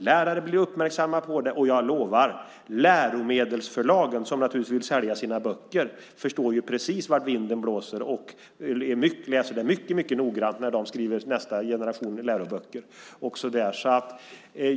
Lärare blir uppmärksamma på det och - det lovar jag - läromedelsförlagen, som naturligtvis vill sälja sina böcker, förstår precis vart vinden blåser och studerar detta noggrant när de skriver nästa generation läroböcker.